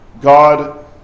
God